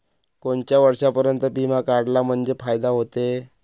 कोनच्या वर्षापर्यंत बिमा काढला म्हंजे फायदा व्हते?